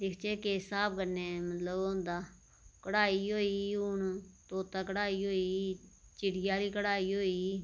दिखचै किस स्हाब कन्नै ओह् होंदा कढाई होई गेई हून तोता कढाई होई गेई चिड़ी आहली कढाई होई गेई